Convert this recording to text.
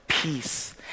Peace